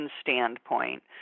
standpoint